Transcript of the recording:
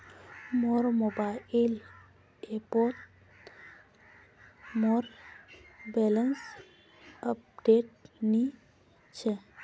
मोर मोबाइल ऐपोत मोर बैलेंस अपडेट नि छे